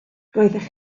roeddech